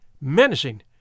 menacing